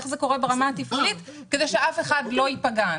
איך זה קורה ברמה התפעולית כדי שאף אחד לא ייפגע.